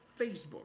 Facebook